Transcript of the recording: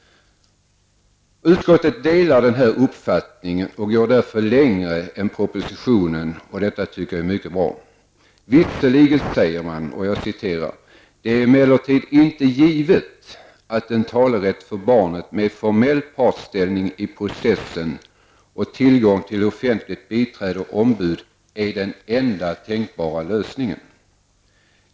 Utskottet delar denna uppfattning och går därför längre än propositionen, och detta tycker jag är mycket bra. Visserligen säger man: ''Det är emellertid inte givet att en talerätt för barnet med formell partställning i processen och tillgång till offentligt biträde och ombud är den enda tänkbara lösningen.